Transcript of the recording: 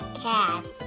Cats